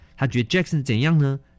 他觉得Jackson怎样呢